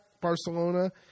Barcelona